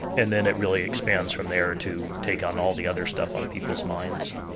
and then it really expands from there to take on all the other stuff on people's minds.